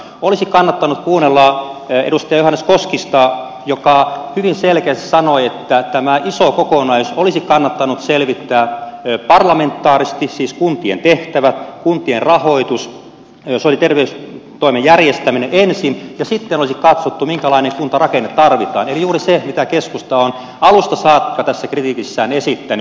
olisi kannattanut kuunnella edustaja johannes koskista joka hyvin selkeästi sanoi että tämä iso kokonaisuus olisi kannattanut ensin selvittää parlamentaarisesti siis kuntien tehtävät kuntien rahoitus sosiaali ja terveystoimen järjestäminen ja sitten olisi katsottu minkälainen kuntarakenne tarvitaan eli tämä on juuri se mitä keskusta on alusta saakka tässä kritiikissään esittänyt